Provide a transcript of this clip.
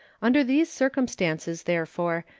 under these circumstances, therefore,